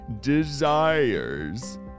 desires